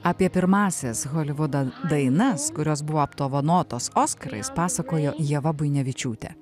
apie pirmąsias holivudo dainas kurios buvo apdovanotos oskarais pasakojo ieva buinevičiūtė